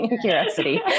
curiosity